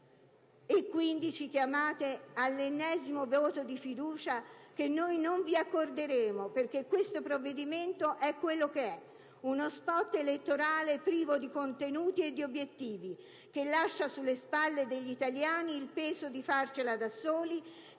E quindi ci chiamate all'ennesimo voto di fiducia, che noi non vi accorderemo, perché questo provvedimento è quello che è: uno *spot* elettorale privo di contenuti e di obiettivi, che lascia sulle spalle degli italiani il peso di farcela da soli,